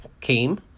came